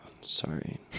sorry